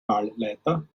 wahlleiter